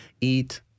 eat